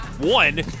one